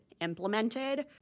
implemented